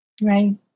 Right